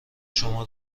شما